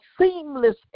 seamless